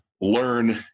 learn